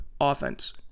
offense